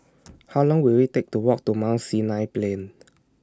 How Long Will IT Take to Walk to Mount Sinai Plain